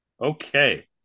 Okay